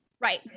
Right